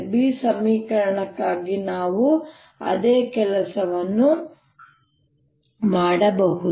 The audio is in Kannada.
B ಸಮೀಕರಣಕ್ಕಾಗಿ ನಾವು ಅದೇ ಕೆಲಸವನ್ನು ಮಾಡಬಹುದು